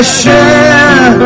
share